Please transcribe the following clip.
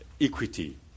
equity